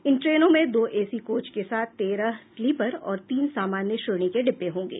इन ट्रेनों में दो एसी कोच के साथ तेरह स्लीपर और तीन सामान्य श्रेणी के डिब्बे होंगे